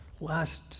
last